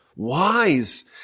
Wise